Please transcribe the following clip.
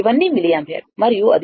ఇవన్నీ మిల్లియాంపియర్